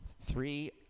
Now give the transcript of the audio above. Three